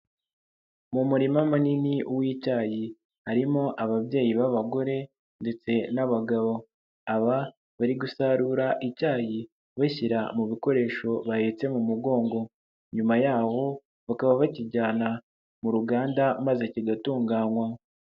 Mu murima munini w'icyayi, harimo ababyeyi b'abagore ndetse n'abagabo. Aba bari gusarura icyayi bashyira mu bikoresho bahetse mu mugongo, nyuma yaho bakaba bakijyana mu ruganda maze kigatunganywa.